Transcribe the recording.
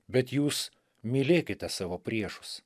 bet jūs mylėkite savo priešus